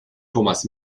thomas